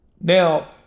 Now